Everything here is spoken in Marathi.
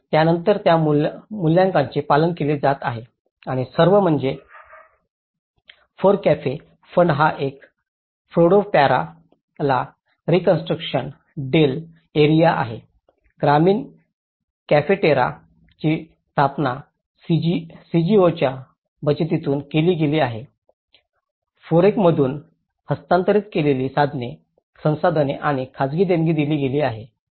आणि त्यानंतरच या मूल्यांकनांचे पालन केले जात आहे आणि सर्व म्हणजे फोरकॅफे फंड हा एक फोंडो पॅरा ला रीकॉन्स्ट्रुकशन डेल एरिया आहे ग्रामीण कॅफेटेराची स्थापना सीजीओच्या बचतीतून केली गेली आहे फोरकमधून हस्तांतरित केलेली संसाधने आणि खाजगी देणगी दिली गेली आहे